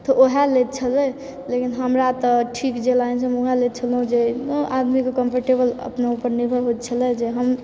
तऽ ओएह लैत छलै लेकिन हमरा तऽ ठीक जे लागै छै हम ओएह लैत छलौं जे आदमीके कॉम्फरटेबल अपना ऊपर निर्भर होइत छलै जे हम